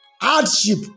hardship